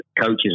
coaches